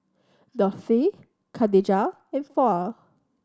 Dorthey Khadijah and Floy